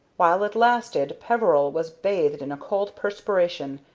while it lasted peveril was bathed in a cold perspiration,